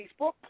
Facebook